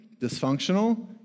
dysfunctional